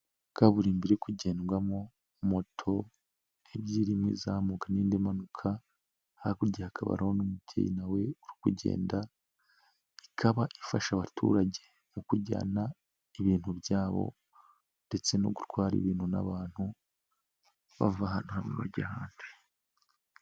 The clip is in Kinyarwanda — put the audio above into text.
Kaburimbo iri kugendwamo moto ebyiri, izamuka n'indi mpanuka, hakurya ya hakaba hari umubyeyi nawe uri kugenda, ikaba ifasha abaturage kujyana ibintu byabo ndetse no gutwara ibintu n'abantu bava ahantu hamwe bajya ahandi.